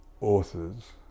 authors